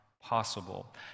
possible